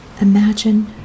Imagine